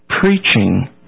preaching